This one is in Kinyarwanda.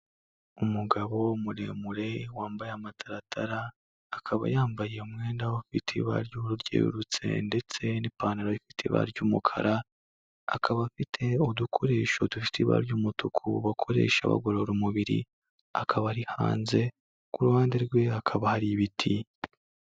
Umugabo muremure wambaye amataratara akaba yambaye umwenda ufite ibara ry'ubururu ryererutse ndetse n'ipantaro ifite ibara ry'umukara, akaba afite udukoresho dufite ibara ry'umutuku bakoresha bagorora umubiri akaba ari hanze ku ruhande rwe hakaba hari ibiti.